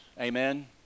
Amen